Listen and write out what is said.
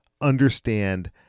Understand